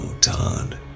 Todd